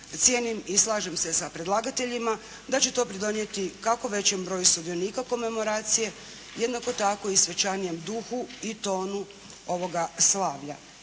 Cijenim i slažem se sa predlagateljima da će to pridonijeti kako većem broju sudionika komemoracije jednako tako i svečanijem duhu i tonu ovoga slavlja.